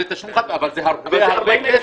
זה תשלום חד פעמי, אבל זה הרבה כסף.